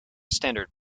standard